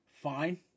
fine